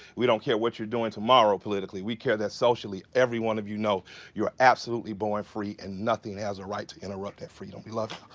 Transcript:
we don't care what you're doing tomorrow politically. we care that socially, every one of you know you're absolutely born free and nothing has a right to interrupt that freedom. we love